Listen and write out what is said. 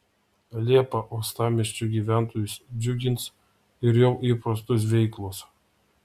liepą uostamiesčio gyventojus džiugins ir jau įprastos veiklos